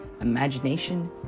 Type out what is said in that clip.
Imagination